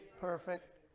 perfect